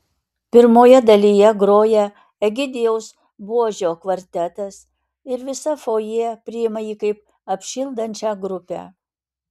pirmoje dalyje groja egidijaus buožio kvartetas ir visa fojė priima jį kaip apšildančią grupę